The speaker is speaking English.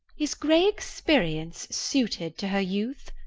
is grey experience suited to her youth?